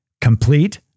Complete